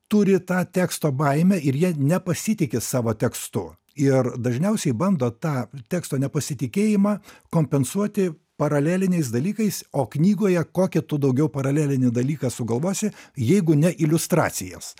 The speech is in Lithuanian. turi tą teksto baimę ir jie nepasitiki savo tekstu ir dažniausiai bando tą teksto nepasitikėjimą kompensuoti paraleliniais dalykais o knygoje kokį tu daugiau paralelinį dalyką sugalvosi jeigu ne iliustracijas